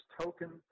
token